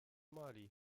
mali